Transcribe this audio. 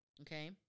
okay